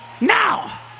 Now